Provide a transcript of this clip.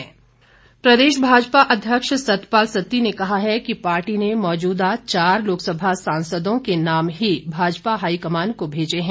कांग्रेस भाजपा प्रदेश भाजपा अध्यक्ष सतपाल सत्ती ने कहा है कि पार्टी ने मौजूदा चार लोकसभा सांसदों के नाम ही भाजपा हाईकमान को भेजे हैं